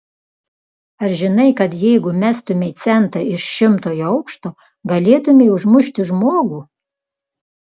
ar žinai kad jeigu mestumei centą iš šimtojo aukšto galėtumei užmušti žmogų